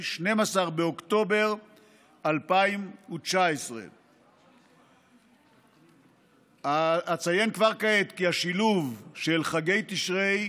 12 באוקטובר 2019. אציין כבר כעת כי השילוב של חגי תשרי,